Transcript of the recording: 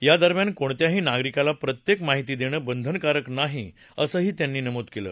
या दरम्यान कोणत्याही नागरिकाला प्रत्यक्तिमाहिती दक्षिबंधन कारक नाही असंही त्यांनी नमूद क्वि